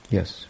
Yes